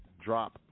drop